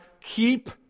keep